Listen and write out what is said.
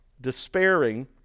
despairing